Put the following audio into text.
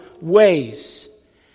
ways